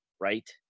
right